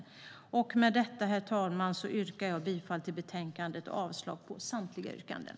Herr talman! Med detta yrkar jag bifall till förslaget i betänkandet och avslag på samtliga andra yrkanden.